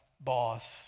boss